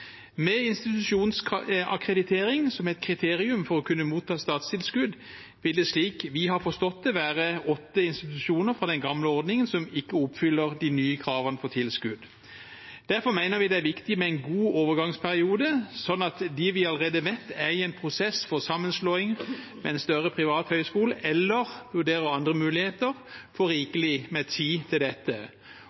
Med institusjonens akkreditering som et kriterium for å kunne motta statstilskudd vil det, slik vi har forstått det, være åtte institusjoner fra den gamle ordningen som ikke oppfyller de nye kravene for tilskudd. Derfor mener vi det er viktig med en god overgangsperiode, slik at de vi allerede vet er i en prosess for sammenslåing med en større privat høyskole eller vurderer andre muligheter, får rikelig med tid til dette,